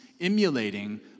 emulating